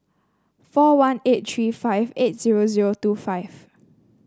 four one eight three five eight zero zero two five